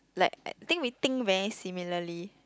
like I think we think very similarly